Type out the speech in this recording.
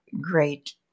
great